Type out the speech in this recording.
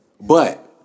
but-